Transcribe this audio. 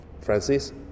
Francis